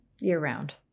year-round